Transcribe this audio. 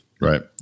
Right